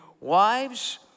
wives